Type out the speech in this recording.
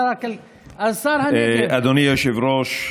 אדוני היושב-ראש,